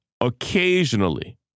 occasionally